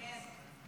כן.